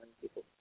people